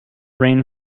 rain